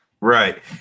Right